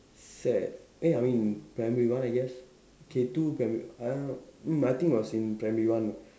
sec eh I mean primary one I guess K two primary I don't know mm I think was in primary one